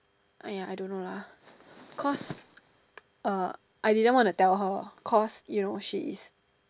!aiya! I don't know lah cause uh I didn't want to tell her cause you know she is